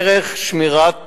ערך שמירת זכויות,